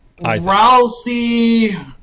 Rousey